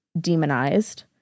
demonized